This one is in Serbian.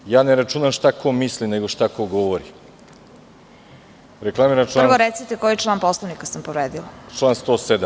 Prvo, ja ne računam šta ko misli, nego šta ko govori. (Predsedavajuća: Prvo recite koji član Poslovnika sam povredila.) Član 107.